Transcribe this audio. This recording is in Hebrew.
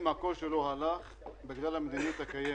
אם הקול שלו הלך זה בגלל המדיניות הקיימת.